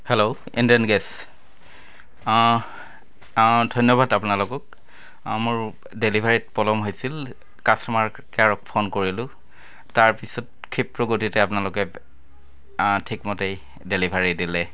hello Indian gas অঁ অঁ ধন্যবাদ আপোনালোকক মোৰ ডেলিভাৰীত পলম হৈছিল কাষ্টমাৰ কেয়াৰক ফোন কৰিলোঁ তাৰপিছত ক্ষিপ্ৰ গতিতে আপোনালোকে আ ঠিকমতেই ডেলিভাৰী দিলে